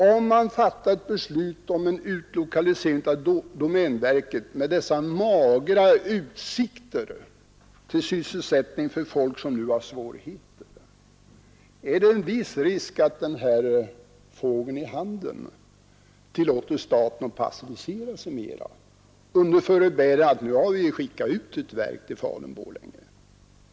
Om man fattar ett beslut om utlokalisering av domänverket med dessa magra utsikter till sysselsättning för folk som har svårigheter är det en viss risk att den här fågeln i handen föranleder staten att hålla sig passiv under förebärande att den har skickat ut ett verk till Falun-Borlänge.